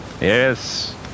Yes